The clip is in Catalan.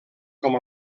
com